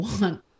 want